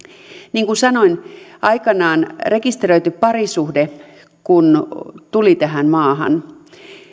niin kuin sanoin aikanaan rekisteröity parisuhde kun tuli tähän maahan